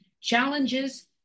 challenges